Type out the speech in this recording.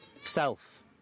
self